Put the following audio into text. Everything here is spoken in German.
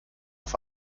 auf